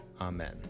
Amen